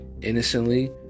innocently